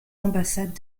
ambassades